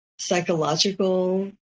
psychological